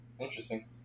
interesting